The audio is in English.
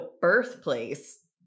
birthplace